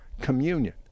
communion